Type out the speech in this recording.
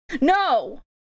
no